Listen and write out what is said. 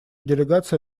делегация